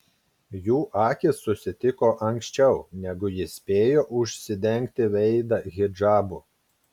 jų akys susitiko anksčiau negu ji spėjo užsidengti veidą hidžabu